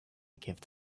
gift